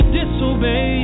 disobey